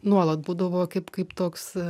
nuolat būdavo kaip kaip toks